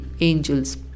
angels